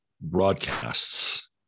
Broadcasts